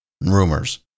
rumors